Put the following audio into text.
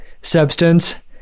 substance